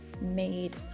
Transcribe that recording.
made